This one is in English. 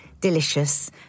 delicious